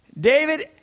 David